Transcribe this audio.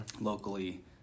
locally